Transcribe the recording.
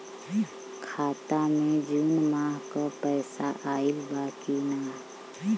खाता मे जून माह क पैसा आईल बा की ना?